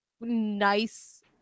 nice